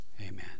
Amen